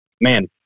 man